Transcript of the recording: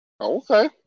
Okay